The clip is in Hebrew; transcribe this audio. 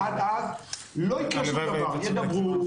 עד אז לא יקרה שום דבר ידברו,